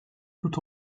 tout